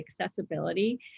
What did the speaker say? accessibility